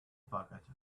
pocket